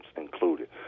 included